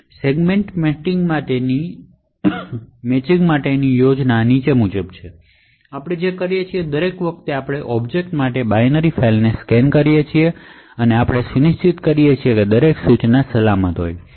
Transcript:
segment matching માટેની યોજના નીચે મુજબ છે આપણે જે કરીએ છીએ તે દરેક વખતે આપણે ઑબ્જેક્ટ માટે બાઈનરી ફાઇલને સ્કેન કરીએ છીએ આપણે સુનિશ્ચિત કરીએ છીએ કે દરેક ઇન્સટ્રકશન સલામત છે